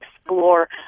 explore